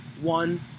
one